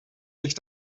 sich